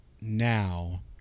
now